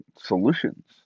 solutions